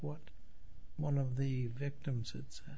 what one of the victims it's